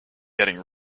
getting